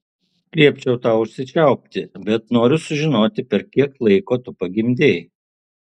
liepčiau tau užsičiaupti bet noriu sužinoti per kiek laiko tu pagimdei